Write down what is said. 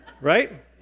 Right